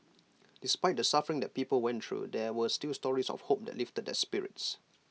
despite the suffering that people went through there were still stories of hope that lifted their spirits